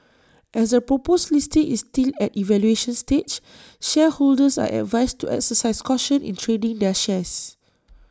as the proposed listing is still at evaluation stage shareholders are advised to exercise caution in trading their shares